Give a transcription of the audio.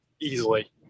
easily